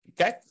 Okay